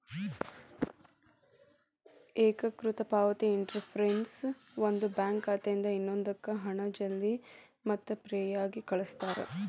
ಏಕೇಕೃತ ಪಾವತಿ ಇಂಟರ್ಫೇಸ್ ಒಂದು ಬ್ಯಾಂಕ್ ಖಾತೆಯಿಂದ ಇನ್ನೊಂದಕ್ಕ ಹಣ ಜಲ್ದಿ ಮತ್ತ ಫ್ರೇಯಾಗಿ ಕಳಸ್ತಾರ